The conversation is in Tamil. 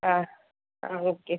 ஆ ஆ ஓகே